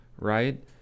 right